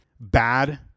bad